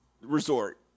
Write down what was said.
resort